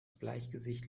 bleichgesicht